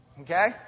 Okay